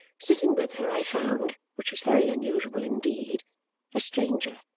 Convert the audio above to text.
sitting with her, i found which was very unusual indeed a stranger.